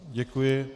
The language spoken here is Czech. Děkuji.